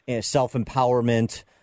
self-empowerment